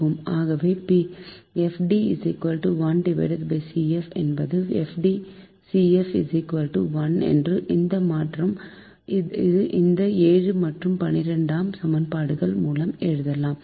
ஆகவே FD 1 CF அல்லது FD CF ⋅ 1 என்று இந்த 7 மற்றும் 12 ஆம் சமன்பாடுகள் மூலம் எழுதலாம்